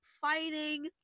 fighting